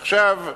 עכשיו,